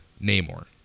Namor